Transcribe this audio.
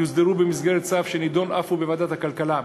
יוסדרו במסגרת צו שנדון אף הוא בוועדת הכלכלה.